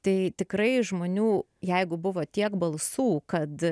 tai tikrai žmonių jeigu buvo tiek balsų kad